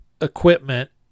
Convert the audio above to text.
equipment